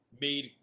made